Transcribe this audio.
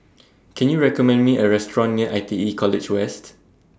Can YOU recommend Me A Restaurant near I T E College West